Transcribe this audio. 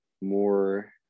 more